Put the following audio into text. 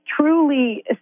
truly